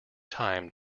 time